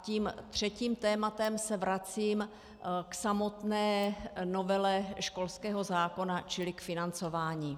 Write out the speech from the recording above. Tím třetím tématem se vracím k samotné novele školského zákona, čili k financování.